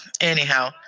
anyhow